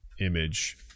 image